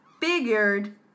figured